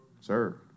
Sir